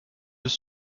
œufs